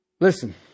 Listen